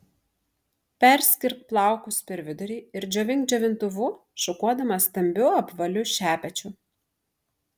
perskirk plaukus per vidurį ir džiovink džiovintuvu šukuodama stambiu apvaliu šepečiu